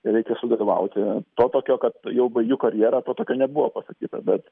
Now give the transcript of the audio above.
reikia sudalyvauti to tokio kad jau baigiu karjerą to tokio nebuvo pasakyta bet